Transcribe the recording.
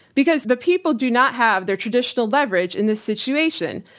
because the people do not have their traditional leverage in this situation.